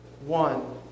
one